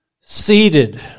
Seated